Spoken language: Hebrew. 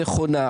נכונה,